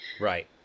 Right